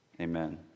Amen